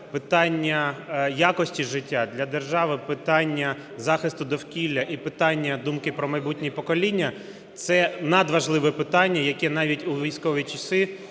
питання якості життя, для держави питання захисту довкілля і питання думки про майбутнє покоління – це надважливе питання, яке навіть у військові часи